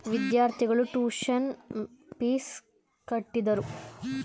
ವಿದ್ಯಾರ್ಥಿಗಳು tuition fees ಕಟ್ಟಿದರು